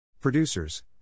Producers